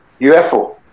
UFO